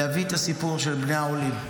להביא את הסיפור של בני העולים.